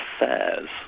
affairs